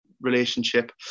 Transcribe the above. relationship